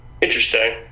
Interesting